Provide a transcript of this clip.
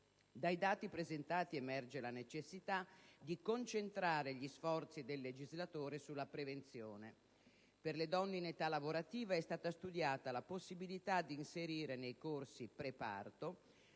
Dai dati presentati emerge la necessità di concentrare gli sforzi del legislatore sulla prevenzione. Per le donne in età lavorativa è stata studiata la possibilità di inserire nei corsi pre-parto